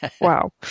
wow